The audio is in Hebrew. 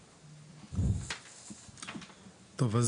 טוב,